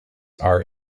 are